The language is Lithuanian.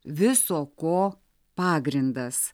viso ko pagrindas